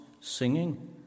singing